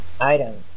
Item